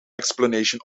explanation